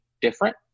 different